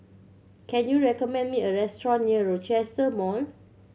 can you recommend me a restaurant near Rochester Mall